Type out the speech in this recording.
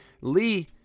Lee